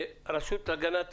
הרשות להגנת